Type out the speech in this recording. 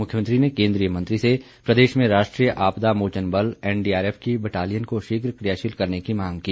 मुख्यमंत्री ने केंद्रीय मंत्री से प्रदेश में राष्ट्रीय आपदा मोचन बल एनडीआरएफ की बटालियन को शीघ्र क्रियाशील करने की मांग की